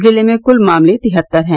जिले में क्ल मामले तिहत्तर हैं